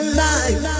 life